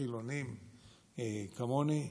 חילונים כמוני,